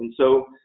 and so,